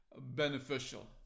beneficial